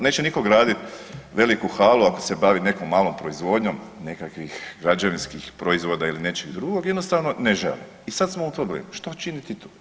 Neće nitko graditi veliku halu ako se bavi nekom malom proizvodnjom, nekakvih građevinskih proizvoda ili nečeg drugog, jednostavno ne žele i sad smo u problemu, što činiti tu?